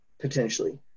potentially